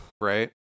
Right